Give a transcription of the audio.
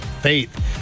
faith